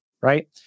right